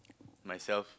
myself